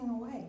away